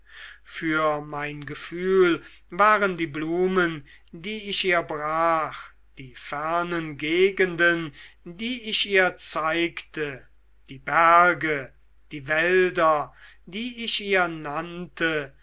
für mein gefühl waren die blumen die ich ihr brach die fernen gegenden die ich ihr zeigte die berge die wälder die ich ihr nannte